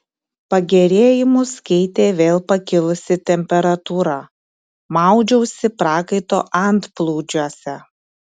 pagerėjimus keitė vėl pakilusi temperatūra maudžiausi prakaito antplūdžiuose